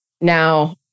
now